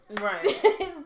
right